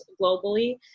globally